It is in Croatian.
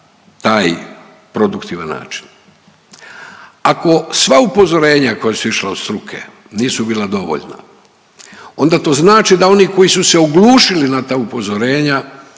taj produktivan način. Ako sva upozorenja koja su išla od struke nisu bila dovoljna onda to znači da oni koji su se oglušili na ta upozorenja